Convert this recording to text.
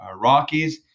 Rockies